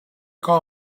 call